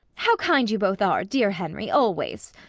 how kind you both are, dear henry always!